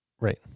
right